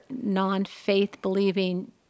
non-faith-believing